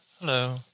hello